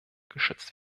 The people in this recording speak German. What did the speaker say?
geschützt